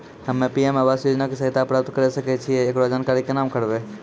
हम्मे पी.एम आवास योजना के सहायता प्राप्त करें सकय छियै, एकरो जानकारी केना करबै?